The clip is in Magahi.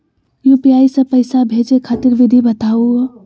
यू.पी.आई स पैसा भेजै खातिर विधि बताहु हो?